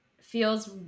feels